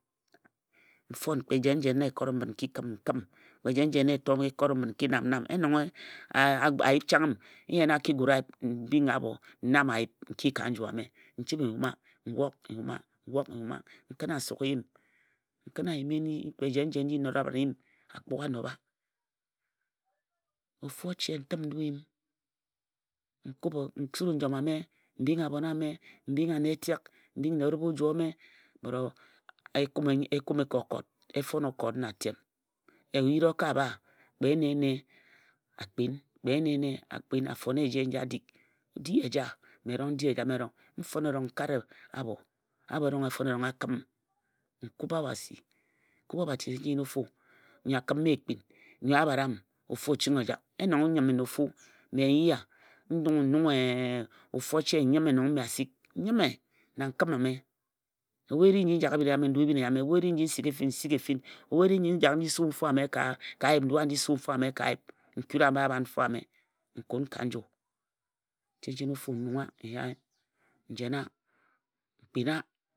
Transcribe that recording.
N fon kpe jen-jen nji e kore m n kəm. kpe jen-jen na n to bət n ki nam n nam. yen nong a yip chang əm n yen ayip mbing mmnan. nam. n nam a yip n ki ka nju ame n chəbhe n yuma. n wok n yuma n wok n yuma. n kəna n suk eyim. n kəna n yima kpe jen-jen nji n nora nyim. akpu gha a nobha. ofu o chə n təm n dui nyim. n sure njom ame. n bing abhon ame. kpe ene nnya fone eje nji a dik a di mme n di ejame. nji m fon n kare abho. erong a fon a kareəm. n sure njom ame etek ejame n kub obhasi bət e joe ka okot na atem. efon okot na atem oyiri o ka bha. kpe ene-ene a kpin a fon eje nji a dik di eja mme erong n di ejame erong. n fon n erong n kare abho; abho erong a fon a kare əm. n kubha obhasi chen chen ofu. nnyo a kəm ekpin. nnyo a bhara əm. chen-chen ofu. yen nong n nyem na ofu. mme n yi a? N nunghe n nunghe-e- ofu o che n nyəme nong mme a sik. n nyəme na nkəm a me. ebhu eri n jak ebhin ejame n jak ebhin ejame. ebhu e ri nji n sigha-efin n sighi efin. ebhu eri nji n jak n ji suu mfo ame ka ayip n dua n ji suu mfo ame ka njue. N kun ka njuee chen chen ofu n nungha n yaa n jena. m kpina. O nyəm o nem